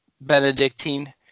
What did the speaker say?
Benedictine